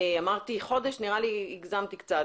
אמרתי חודש נראה לי ונראה לי שהגזמתי קצת,